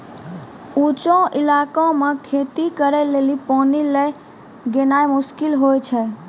ऊंचो इलाका मे खेती करे लेली पानी लै गेनाय मुश्किल होय छै